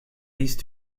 these